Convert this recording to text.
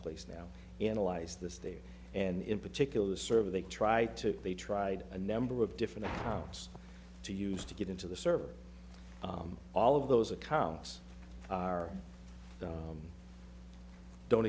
place now analyze this data and in particular the server they try to they tried a number of different house to use to get into the server all of those accounts are that don't